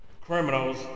criminals